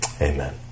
Amen